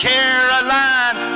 Caroline